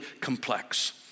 complex